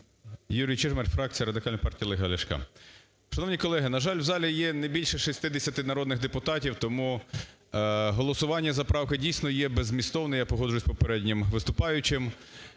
ЮрійЧижмарь, фракція Радикальної партії Олега Ляшка. Шановні колеги, на жаль, в залі є не більше 60 народних депутатів. Тому голосування за правку дійсно є беззмістовне, я погоджуюсь з попереднім виступаючим.